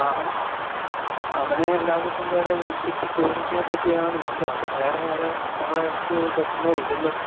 ആ അവൻ അവനെയല്ലാതെ ഇപ്പം വേറെ വിളിച്ചിട്ട് ചോദിക്കാൻ പറ്റിയ ആളില്ല അപ്പം വേറെയാരും നമ്മുടെ അടുത്ത് പറ്റുന്നവരില്ലല്ലോ